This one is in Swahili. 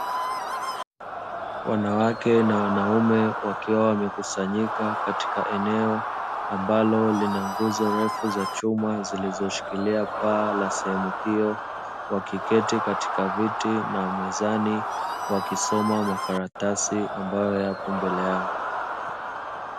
Wanawake na wanaume wakiwa wamekusanyika katika eneo ambalo lina nguzo refu za chuma zilizo shikilia paa la sehemu hiyo, wakiketi katika viti na mezani wakisoma makaratasi ambayo yapo mbele yao.